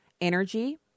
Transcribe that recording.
energy